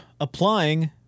applying